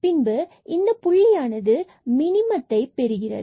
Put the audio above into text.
பின்பு இந்த புள்ளியானது மினிமம் ஆகும்